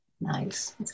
Nice